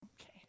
Okay